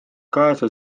kaasa